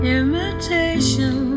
imitation